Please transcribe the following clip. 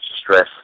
stress